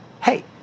hey